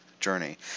journey